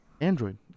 Android